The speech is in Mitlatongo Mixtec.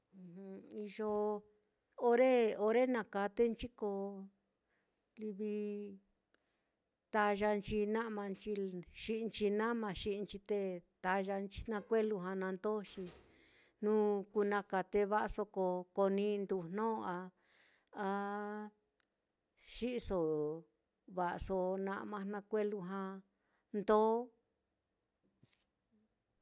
iyo ore ore nakatenchi ko livi tallanchi na'manchi xi'inchi nama, xi'inchi te tallanchi, na kue'e lujua na ndó, xi jnu kú nakate va'aso ko koni ndu jnó a a xi'iso va'aso na'ma naá nakue'e lujua na ndó.